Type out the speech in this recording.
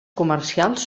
comercials